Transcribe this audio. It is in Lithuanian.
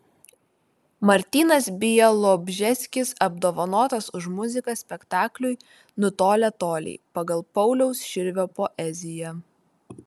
martynas bialobžeskis apdovanotas už muziką spektakliui nutolę toliai pagal pauliaus širvio poeziją